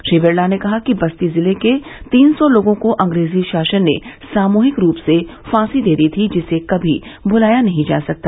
श्री बिरला ने कहा कि बस्ती जिले के तीन सौ लोगों को अंग्रेजी शासन ने सामूहिक रूप से फांसी दे दी थी जिसे कभी भुलाया नहीं जा सकता